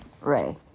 Ray